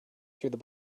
through